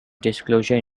disclosure